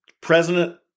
president